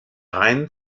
rhein